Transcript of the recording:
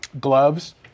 Gloves